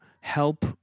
help